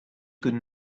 could